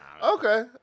Okay